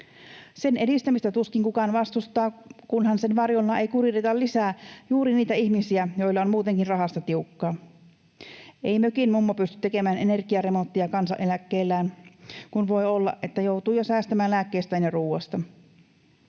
Sen edistämistä tuskin kukaan vastustaa, kunhan sen varjolla ei kuriteta lisää juuri niitä ihmisiä, joilla on muutenkin rahasta tiukkaa. Ei mökin mummo pysty tekemään energiaremonttia kansaneläkkeellään, kun voi olla, että joutuu jo säästämään lääkkeistään ja ruoasta.